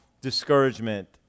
discouragement